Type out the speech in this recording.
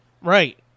right